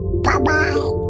Bye-bye